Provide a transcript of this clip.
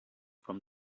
from